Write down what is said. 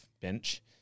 bench